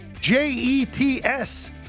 JETS